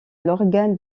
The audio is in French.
l’organe